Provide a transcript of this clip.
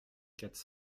quatre